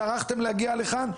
טרחתם להגיע לכאן?